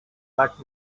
but